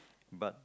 but